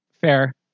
Fair